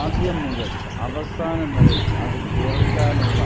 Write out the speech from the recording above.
ആദ്യം മുതൽ അവസാനം വരെ അത് കേൾക്കാനുള്ള